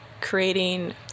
creating